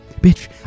bitch